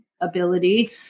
ability